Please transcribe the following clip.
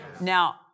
Now